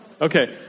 Okay